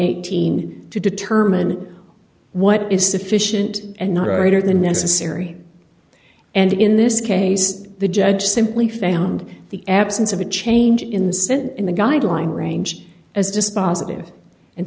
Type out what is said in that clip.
eighteen to determine what is sufficient and not right or the necessary and in this case the judge simply found the absence of a change in the sentence in the guideline range as dispositive and